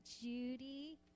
Judy